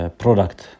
product